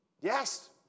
Yes